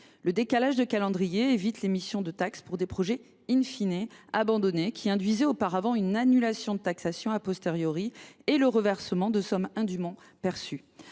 Le décalage de calendrier évite l’émission de taxes pour des projets abandonnés, qui induisaient auparavant une annulation de taxation et le reversement des sommes indûment perçues.